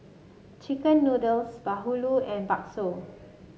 chicken noodles Bahulu and Bakso